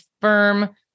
firm